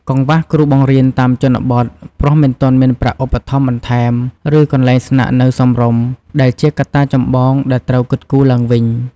កង្វះគ្រូបង្រៀនតាមជនបទ ព្រោះមិនទាន់មានប្រាក់ឧបត្ថម្ភបន្ថែម ឬកន្លែងស្នាក់នៅសមរម្យ ដែលជាកត្តាចម្បងដែលត្រូវគិតគូរទ្បើងវិញ។